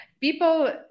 people